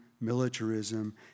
militarism